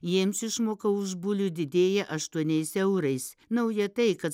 jiems išmoka už bulių didėja aštuoniais eurais nauja tai kad